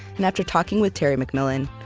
and after talking with terry mcmillan,